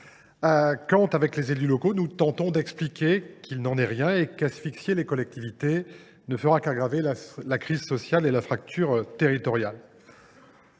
quand, avec les élus locaux, nous tentons d’expliquer qu’il n’en est rien et qu’asphyxier les collectivités ne fera qu’aggraver la crise sociale et la fracture territoriale.